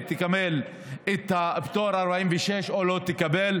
תקבל את הפטור לפי סעיף 46 או לא תקבל.